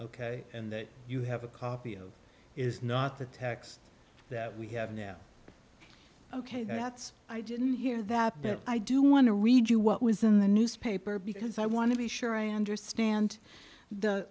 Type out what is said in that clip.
ok and that you have a copy of is not the text that we have now ok that's i didn't hear that but i do want to read you what was in the newspaper because i want to be sure i understand the